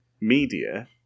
media